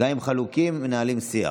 גם אם חלוקים, מנהלים שיח.